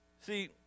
See